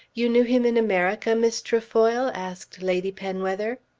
you knew him in america, miss trefoil? asked lady penwether.